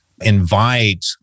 invite